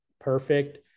perfect